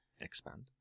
Expand